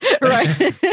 Right